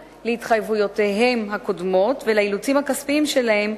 להתחייבויותיהם הקודמות ולאילוצים הכספיים שלהם,